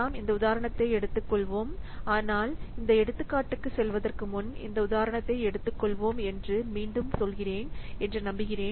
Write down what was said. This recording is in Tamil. நாம் இந்த உதாரணத்தை எடுத்துக்கொள்வோம் ஆனால் இந்த எடுத்துக்காட்டுக்குச் செல்வதற்கு முன் இந்த உதாரணத்தை எடுத்துக்கொள்வோம் என்று மீண்டும் சொல்கிறேன் என்று நம்புகிறேன்